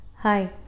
Hi